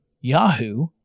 Yahoo